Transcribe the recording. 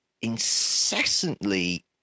incessantly